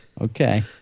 Okay